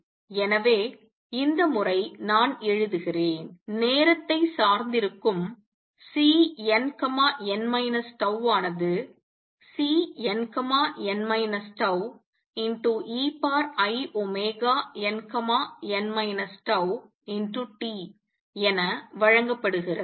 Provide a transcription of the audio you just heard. எனவே இந்த முறை நான் எழுதுகிறேன் நேரத்தை சார்ந்திருக்கும் Cnn τ ஆனது Cnn τeinn τt என வழங்கப்படுகிறது